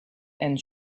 and